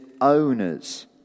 owners